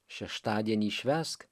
šeštadienį švęsk